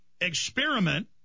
Experiment